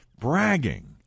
Bragging